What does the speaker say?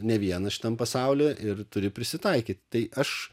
ne vienas šitam pasaulyje ir turi prisitaikyt tai aš